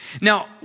Now